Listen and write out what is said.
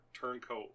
turncoat